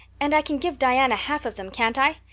and i can give diana half of them, can't i?